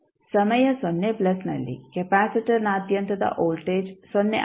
ಸಮಯ ಸೊನ್ನೆ ಪ್ಲಸ್ನಲ್ಲಿ ಕೆಪಾಸಿಟರ್ನಾದ್ಯಂತದ ವೋಲ್ಟೇಜ್ ಸೊನ್ನೆ ಆಗಿತ್ತು